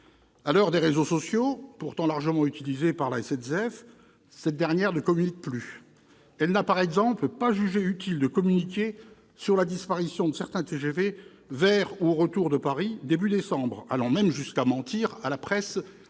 À l'heure des réseaux sociaux, pourtant largement utilisés par la SNCF, cette dernière ne communique plus. Elle n'a, par exemple, pas jugé utile de communiquer sur la disparition de certains TGV vers ou au retour de Paris au début du mois de décembre, allant même jusqu'à mentir sur ce